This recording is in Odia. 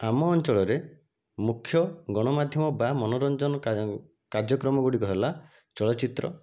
ଆମ ଅଞ୍ଚଳରେ ମୁଖ୍ୟ ଗଣ ମାଧ୍ୟମ ବା ମନୋରଞ୍ଜନ କାର୍ଯ୍ୟକ୍ରମ ଗୁଡ଼ିକ ହେଲା ଚଳଚିତ୍ର